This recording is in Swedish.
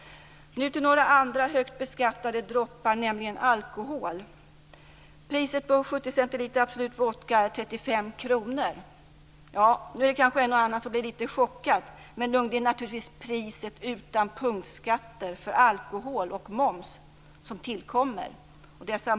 Nu till några andra högt beskattade droppar, nämligen alkoholen. Priset på 70 centiliter Absolut vodka är 35 kr. Nu är det kanske en och annan som blir lite chockad, men det är naturligtvis priset utan punktskatter för alkohol och moms som tillkommer.